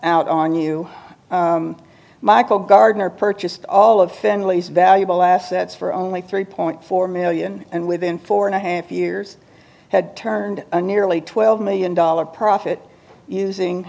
out on you michael gardner purchased all of families valuable assets for only three point four million and within four and a half years had turned a nearly twelve million dollars profit using